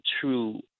true